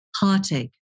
Heartache